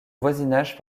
voisinage